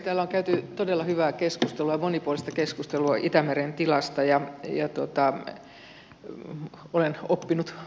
täällä on käyty todella hyvää ja monipuolista keskustelua itämeren tilasta ja olen oppinut paljon